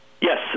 Yes